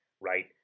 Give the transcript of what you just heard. right